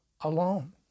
alone